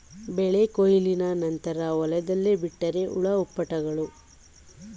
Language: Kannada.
ಬೆಳೆ ಕೊಯ್ಲಿನ ನಂತರ ಹೊಲದಲ್ಲೇ ಬಿಟ್ಟರೆ ಹುಳ ಹುಪ್ಪಟೆಗಳು, ಹೆಗ್ಗಣಗಳು ಬೆಳೆಯನ್ನು ಹಾಳುಮಾಡುತ್ವೆ